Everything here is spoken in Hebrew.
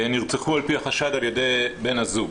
נרצחו על פי החשד על ידי בן הזוג.